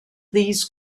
these